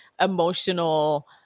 emotional